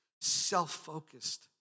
Self-focused